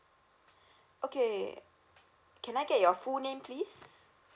okay can I get your full name please